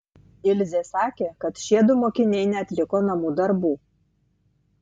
ilzė sakė kad šiedu mokiniai neatliko namų darbų